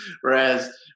Whereas